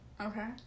Okay